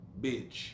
bitch